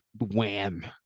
Wham